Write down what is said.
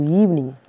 evening